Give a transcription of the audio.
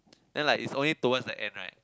then like is only towards the end right